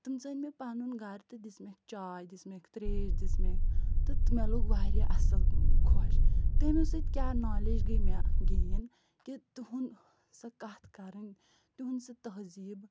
تِم ژٲنۍ مےٚ پَنُن گَرٕ تہِ دِژمَکھ چاے دِژمَکھ ترٛیش دِژمَکھ تہٕ مےٚلوٚگ واریاہ اَصٕل خۄش تٔمِس سۭتۍ کیٛاہ نالیج گٔے مےٚ گین کہِ تُہُنٛد سۄ کَتھ کَرٕنۍ تِہُنٛد سۄ تہذیٖب